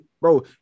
bro